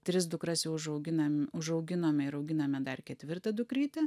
tris dukras jau užauginam užauginome ir auginame dar ketvirtą dukrytę